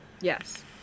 Yes